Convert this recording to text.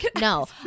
No